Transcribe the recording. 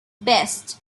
best